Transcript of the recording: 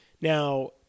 now